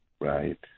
Right